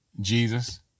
Jesus